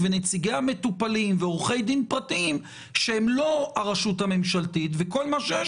נציגי המטופלים ועורכי דין פרטיים שהם לא הרשות הממשלתית ושכל מה שיש